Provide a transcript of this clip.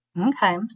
Okay